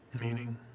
Meaning